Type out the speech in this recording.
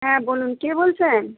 হ্যাঁ বলুন কে বলছেন